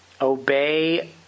Obey